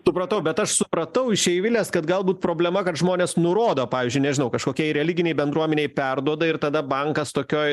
supratau bet aš supratau iš eivilės kad galbūt problema kad žmonės nurodo pavyzdžiui nežinau kažkokiai religinei bendruomenei perduoda ir tada bankas tokioj